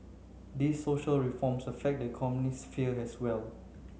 these social reforms affect the economic sphere as well